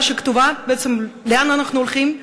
כתובה שאומרת בעצם לאן אנחנו הולכים: